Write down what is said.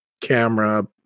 camera